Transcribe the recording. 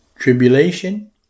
tribulation